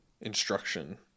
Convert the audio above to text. instruction